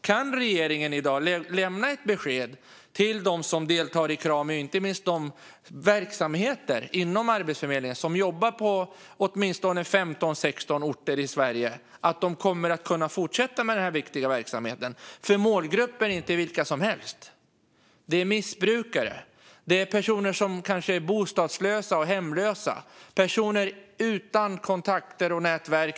Kan regeringen i dag lämna ett besked till dem som deltar i Kramis verksamheter på runt 15 orter i Sverige att de kommer att kunna fortsätta med denna viktiga verksamhet? Den här målgruppen är inte vilken som helst. Det handlar om missbrukare och kanske hemlösa personer utan kontakter och nätverk.